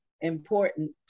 important